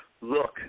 look